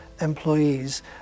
employees